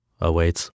awaits